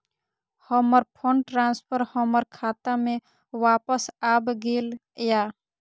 हमर fund transfer हमर खाता में वापस आब गेल या